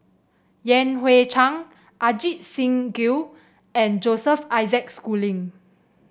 Yan Hui Chang Ajit Singh Gill and Joseph Isaac Schooling